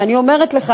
ואני אומרת לך